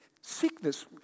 Sickness